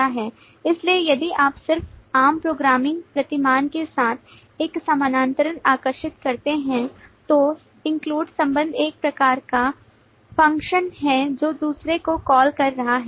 इसलिए यदि आप सिर्फ आम प्रोग्रामिंग प्रतिमान के साथ एक समानांतर आकर्षित करते हैं तो include संबंध एक प्रकार का फ़ंक्शन है जो दूसरे को कॉल कर रहा है